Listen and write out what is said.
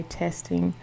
testing